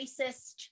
racist